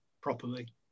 properly